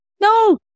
no